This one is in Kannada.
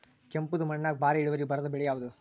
ಕೆಂಪುದ ಮಣ್ಣಾಗ ಭಾರಿ ಇಳುವರಿ ಬರಾದ ಬೆಳಿ ಯಾವುದು?